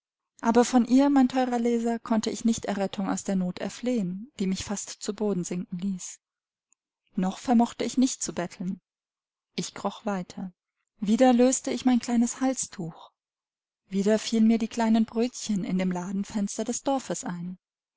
aber von ihr mein teurer leser konnte ich nicht errettung aus der not erflehen die mich fast zu boden sinken ließ noch vermochte ich nicht zu betteln ich kroch weiter wieder löste ich mein kleines halstuch wieder fielen mir die kleinen brötchen in dem ladenfenster des dorfes ein